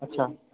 अच्छा